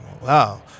Wow